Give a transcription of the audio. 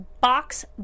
box